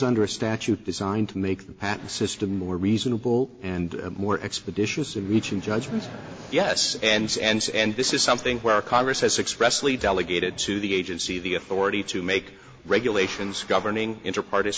under a statute designed to make the patent system more reasonable and more expeditious in reaching judgments yes and this is something where congress has expressly delegated to the agency the authority to make regulations governing interparty is